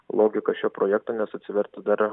logika šio projekto nes atsivertų dar